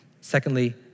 Secondly